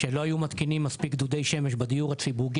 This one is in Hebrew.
שלא היו מתקינים מספיק דודי שמן בדיור הציבורי,